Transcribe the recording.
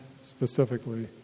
specifically